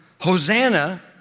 Hosanna